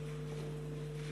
המליאה.)